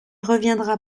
reviendra